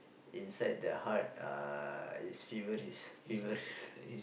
inside the heart uh is feverish feverish